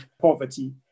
poverty